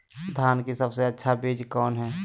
धान की सबसे अच्छा बीज कौन है?